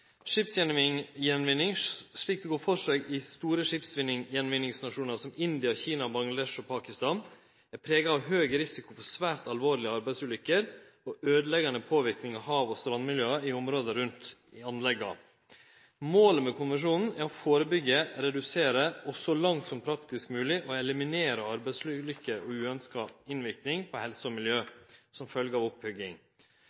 Skipsgjenvinning, slik det går føre seg i store skipsgjenvinningsnasjonar som India, Kina, Bangladesh og Pakistan, er prega av høg risiko for svært alvorlege arbeidsulykker og øydeleggjande påverknad av hav- og strandmiljøa i området rundt anlegga. Målet med konvensjonen er å førebyggje, redusere og, så langt som praktisk mogleg, eliminere arbeidsulykker og uønskt innverknad på helse og